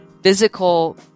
physical